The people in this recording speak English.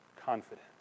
confidence